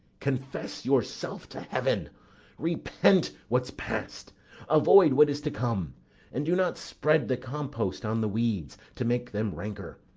confess yourself to heaven repent what's past avoid what is to come and do not spread the compost on the weeds, to make them ranker.